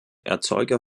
erzeuger